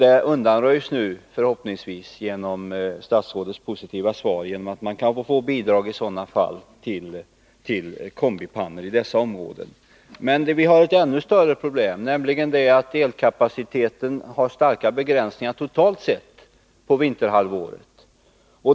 Det problemet undanröjs förhoppningsvis nu genom statsrådets positiva svar att man kan få bidrag till kombipannor i dessa områden. Det finns emellertid ett ännu större problem, nämligen det att elkapaciteten totalt sett har starka begränsningar under vinterhalvåret.